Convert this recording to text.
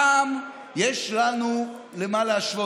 הפעם יש לנו למה להשוות.